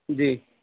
جی